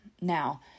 now